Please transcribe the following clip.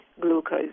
glucose